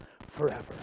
forever